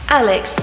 alex